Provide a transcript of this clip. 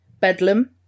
Bedlam